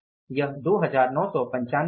यह 299500 है